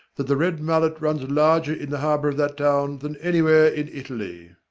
that the red mullet runs larger in the harbour of that town than anywhere in italy.